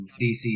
DC